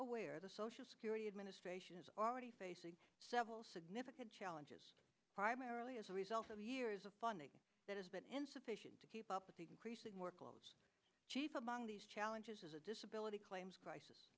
aware the social security administration is already facing several significant challenges primarily as a result of years of funding that has been insufficient to keep up with the workload chief among these challenges a disability claims crisis